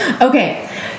Okay